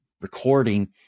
recording